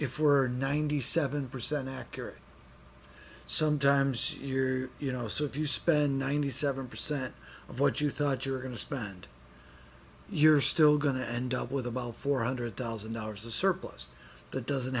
if we're ninety seven percent accurate sometimes you know so if you spend ninety seven percent of what you thought you were going to spend you're still going to end up with about four hundred thousand dollars of surplus that doesn't